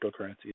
cryptocurrencies